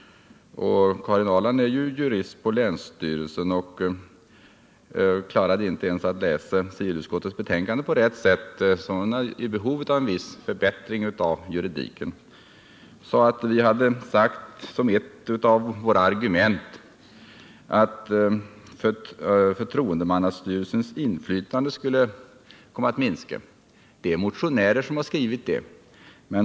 Karin Ahrland är ju jurist på länsstyrelsen, och hon klarade inte ens att läsa civilutskottets betänkande på rätt sätt, så hon har tydligen behov av en viss förbättring av sin juridik. Karin Ahrland sade att ett av våra argument var att förtroendemannastyrelsens inflytande skulle komma att minska. Men det är motionärer som skrivit detta.